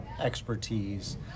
expertise